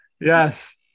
Yes